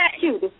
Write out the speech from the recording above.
cute